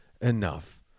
enough